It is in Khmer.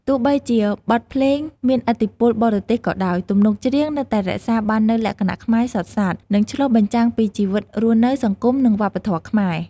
ទោះបីជាបទភ្លេងមានឥទ្ធិពលបរទេសក៏ដោយ ទំនុកច្រៀងនៅតែរក្សាបាននូវលក្ខណៈខ្មែរសុទ្ធសាធ និងឆ្លុះបញ្ចាំងពីជីវិតរស់នៅ សង្គម និងវប្បធម៌ខ្មែរ។